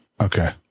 Okay